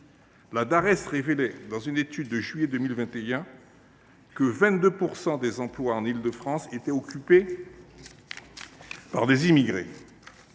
(Dares) révélait dans une étude de juillet 2021 que 22 % des emplois en Île de France étaient occupés par des immigrés.